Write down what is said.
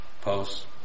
posts